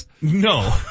No